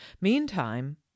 meantime